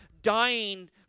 dying